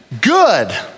good